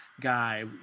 guy